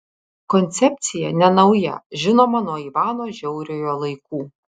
koncepcija nenauja žinoma nuo ivano žiauriojo laikų